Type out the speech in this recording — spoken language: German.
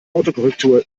autokorrektur